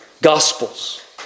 Gospels